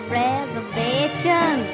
reservation